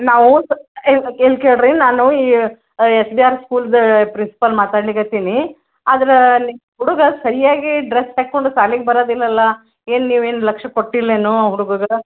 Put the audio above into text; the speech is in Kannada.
ನಾವು ಸಹ ಇಲ್ಲಿ ಇಲ್ಲಿ ಕೇಳಿ ರೀ ನಾನು ಈ ಎಸ್ ಬಿ ಆರ್ ಸ್ಕೂಲ್ದು ಪ್ರಿನ್ಸಿಪಾಲ್ ಮಾತಾಡಲಿಕತ್ತಿನಿ ಆದರೆ ನಿಮ್ಮ ಹುಡುಗ ಸರ್ಯಾಗಿ ಡ್ರಸ್ ಹಾಕೊಂಡು ಶಾಲಿಗೆ ಬರೊದಿಲ್ಲಲ ಏನು ನೀವು ಏನು ಲಕ್ಷ್ಯ ಕೊಟ್ಟಿಲ್ಲೇನು ಆ ಹುಡುಗಗೆ